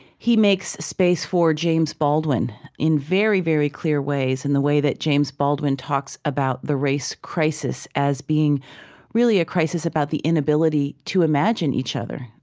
he makes space for james baldwin in very, very clear ways, in the way that james baldwin talks about the race crisis as being really a crisis about the inability to imagine each other,